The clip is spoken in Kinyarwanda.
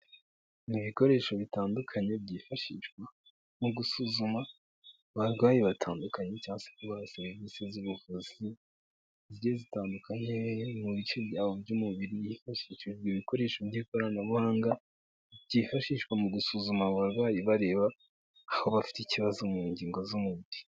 Ni ibikoresho bitandukanye byifashishwa mu gusuzuma abarwayi batandukanye cyangwa se kubaha serivisi z'ubuvuzi zigiye zitandukanye mu bice byabo by'umubiri hifashishijwe ibikoresho by'ikoranabuhanga byifashishwa mu gusuzuma abo barwayi bareba aho bafite ikibazo mu ngingo z'umubiri.